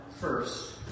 first